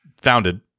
Founded